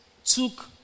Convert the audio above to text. took